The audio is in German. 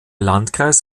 landkreis